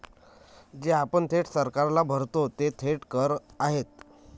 जे आपण थेट सरकारला भरतो ते थेट कर आहेत